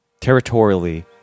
Territorially